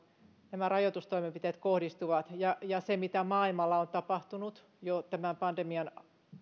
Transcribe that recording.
nämä rajoitustoimenpiteet kohdistuvat ja ja se mitä maailmalla on jo tapahtunut tämän pandemian